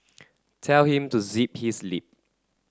tell him to zip his lip